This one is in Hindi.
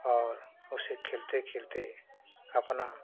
और उसे खेलते खेलते अपना